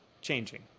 changing